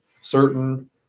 certain